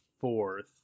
fourth